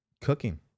Cooking